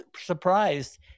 surprised